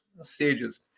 stages